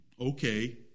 Okay